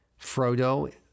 Frodo